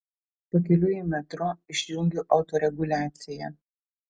pakeliui į metro išjungiu autoreguliaciją